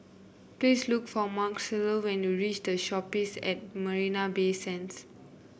please look for Marcela when you reach The Shoppes at Marina Bay Sands